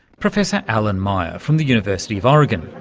professor alan meyer from the university of oregon.